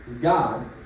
God